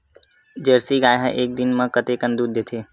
Jersey गाय ह एक दिन म कतेकन दूध देथे?